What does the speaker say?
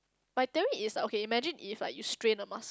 my theory is okay imagine if like you strain a muscle